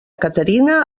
caterina